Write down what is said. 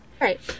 Right